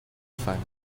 fund